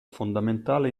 fondamentale